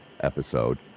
episode